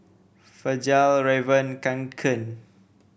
Fjallraven Kanken